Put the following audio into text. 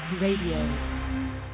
radio